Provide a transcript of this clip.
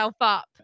up